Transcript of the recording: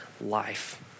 life